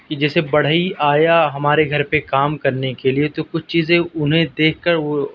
کہ جیسے بڑھئی آیا ہمارے گھر پہ کام کرنے کے لیے تو کچھ چیزیں انہیں دیکھ کر وہ